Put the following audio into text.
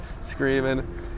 Screaming